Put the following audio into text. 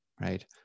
right